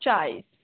चाळीस